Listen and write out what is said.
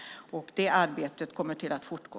Det arbetet kommer att fortgå.